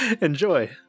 enjoy